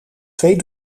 twee